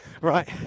Right